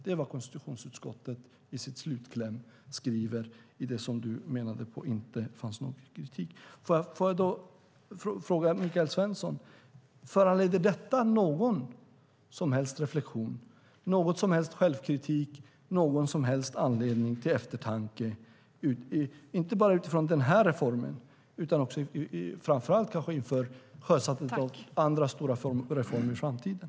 Det är vad konstitutionsutskottet skriver i sin slutkläm i det du menade inte innehöll någon kritik. Får jag då fråga Michael Svensson: Föranleder detta någon som helst reflexion, någon som helst självkritik eller någon som helst anledning till eftertanke? Jag menar inte bara utifrån denna reform utan också, kanske framför allt, inför sjösättandet av andra stora reformer i framtiden.